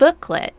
booklet